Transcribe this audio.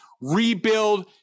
rebuild